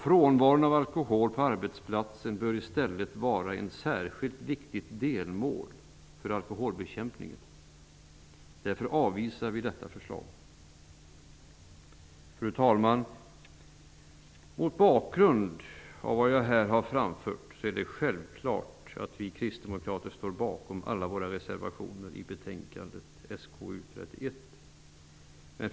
Frånvaron av alkohol på arbetsplatsen bör i stället vara ett särskilt viktigt delmål för alkoholbekämpningen. Därför avvisar vi detta förslag. Fru talman! Mot bakgrund av vad jag här har anfört är det självklart att vi kristdemokrater står bakom alla våra reservationer i betänkandet SkU31.